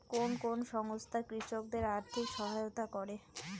কোন কোন সংস্থা কৃষকদের আর্থিক সহায়তা করে?